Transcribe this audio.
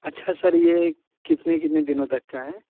اچھا سر یہ کتنے کتنے دنوں تک کا ہے